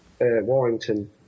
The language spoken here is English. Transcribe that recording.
Warrington